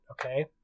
okay